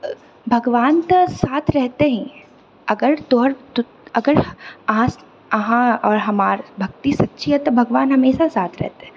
भगवान तऽ साथ रहते ही है अगर तोहर अगर आज अहाँ आओर हमार भक्ति सच्ची है तऽ भगवान हमेशा साथ रहते है